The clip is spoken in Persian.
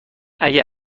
اگه